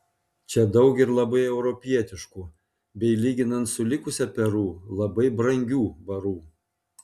čia daug ir labai europietiškų bei lyginant su likusia peru labai brangių barų